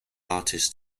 artists